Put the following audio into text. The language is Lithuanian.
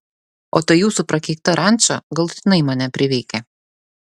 o ta jūsų prakeikta ranča galutinai mane priveikė